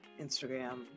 Instagram